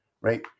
right